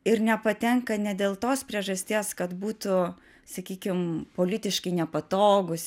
ir nepatenka ne dėl tos priežasties kad būtų sakykim politiškai nepatogūs